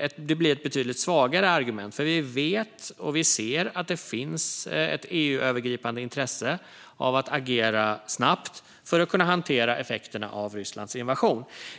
ett betydligt svagare argument. Vi vet, och vi ser, att det finns ett EU-övergripande intresse av att agera snabbt för att kunna hantera effekterna av Rysslands invasion.